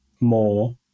more